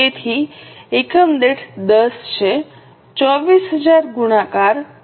તેથી એકમ દીઠ 10 છે 24000 ગુણાકાર 10